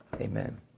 Amen